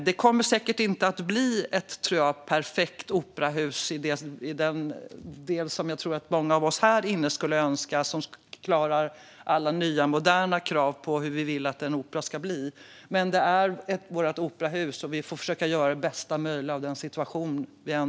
Det kommer inte att bli ett perfekt operahus, som jag tror att många av oss här inne skulle önska, som skulle klara alla moderna krav på hur en opera ska utformas, men det är ändå vårt operahus, och vi får försöka göra bästa möjliga av situationen.